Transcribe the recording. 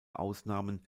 ausnahmen